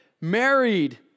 married